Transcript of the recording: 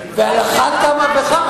ועל אחת כמה וכמה,